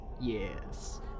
Yes